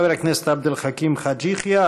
חבר הכנסת עבד אל חכים חאג' יחיא,